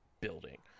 building